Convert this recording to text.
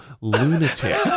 lunatic